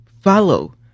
follow